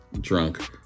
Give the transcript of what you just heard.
drunk